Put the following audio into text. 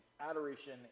adoration